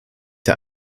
der